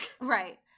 Right